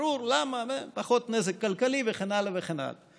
ברור למה, פחות נזק כלכלי וכן הלאה וכן הלאה.